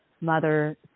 mother